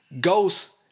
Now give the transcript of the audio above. Ghost